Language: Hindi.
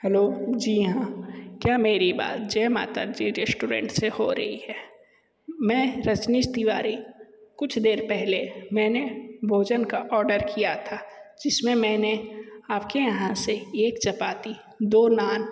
हैलो जी हाँ क्या मेरी बात जय माता जी रेस्टोरेंट से हो रही है मैं रजनीश तिवारी कुछ देर पहले मैंने भोजन का आर्डर किया था जिसमें मैंने आपके यहाँ से एक चपाती दो नान